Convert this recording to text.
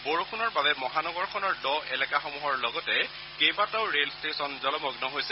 বৰষুণৰ বাবে মহানগৰখনৰ দ' এলেকাসমূহৰ লগতে কেইবাটাও ৰেলষ্টেচন জলমগ্ন হৈছে